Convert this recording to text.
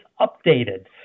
updated